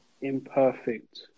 imperfect